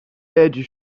edges